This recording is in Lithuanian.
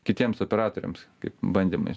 kitiems operatoriams kaip bandymai